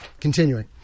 Continuing